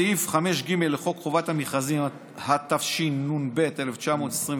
6. סעיף 5(ג) לחוק חובת המכרזים, התשנ"ב 1992,